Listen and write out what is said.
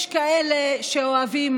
יש כאלה שאוהבים